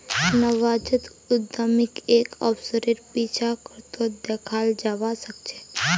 नवजात उद्यमीक एक अवसरेर पीछा करतोत दखाल जबा सके छै